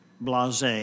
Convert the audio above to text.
blase